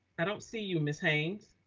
i don't see you ms. haynes.